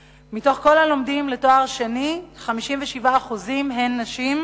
מכל הלומדים לתואר שני, 57% הם נשים,